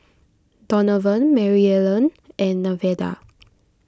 Donovan Maryellen and Nevada